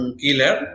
killer